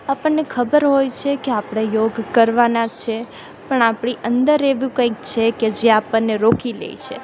આપણને ખબર હોય છે કે આપણે યોગ કરવાના છે પણ આપણી અંદર એવું કંઇક છે કે જે આપણને રોકી લે છે